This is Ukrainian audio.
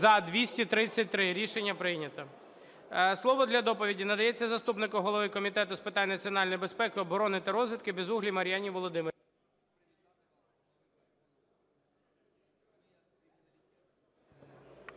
За-233 Рішення прийнято. Слово для доповіді надається заступнику голови Комітету з питань національної безпеки, оборони та розвідки Безуглій Мар'яні Володимирівні.